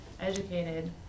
Educated